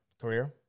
career